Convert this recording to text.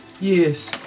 Yes